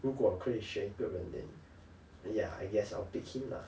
如果可以选一个人 then ya I guess I'll pick him lah